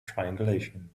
triangulation